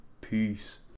Peace